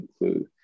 include